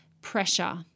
Pressure